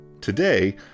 Today